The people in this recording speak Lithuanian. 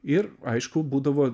ir aišku būdavo